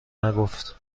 نگفت